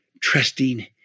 trusting